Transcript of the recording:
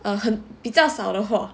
比较少的货